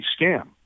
scam